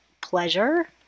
pleasure